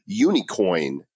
Unicoin